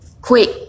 Quick